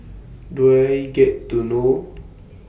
Do I get to know